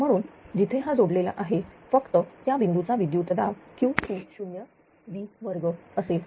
म्हणून जिथे हा जोडलेला आहे फक्त त्या बिंदूचा विद्युतदाब QC0V2 असेल